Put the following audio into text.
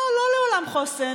לא לעולם חוסן.